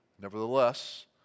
Nevertheless